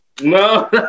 No